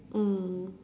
mm